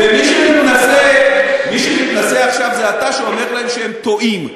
ומי שמתנשא עכשיו זה אתה, שאומר להם שהם טועים,